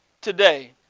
today